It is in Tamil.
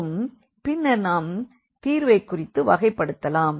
மற்றும் பின்னர் நாம் தீர்வைக்குறித்து வகைப்படுத்தலாம்